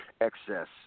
excess